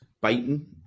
biting